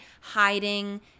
hiding